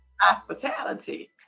Hospitality